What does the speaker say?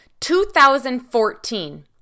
2014